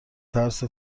ترس